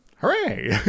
hooray